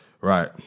Right